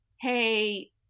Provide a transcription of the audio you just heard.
hey